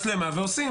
מצלמה ועושים.